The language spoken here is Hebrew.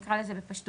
נקרא לזה בפשטות.